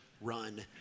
run